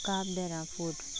काब दे रा फोट